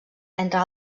entre